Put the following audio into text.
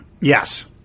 Yes